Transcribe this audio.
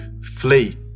flee